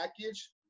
package